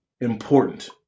important